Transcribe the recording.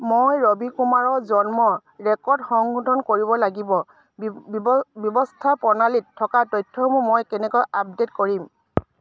মই ৰবি কুমাৰৰ জন্ম ৰেকৰ্ড সংশোধন কৰিব লাগিব ব্যৱস্থাপ্ৰণালীত থকা তথ্যসমূহ মই কেনেকৈ আপডেট কৰিম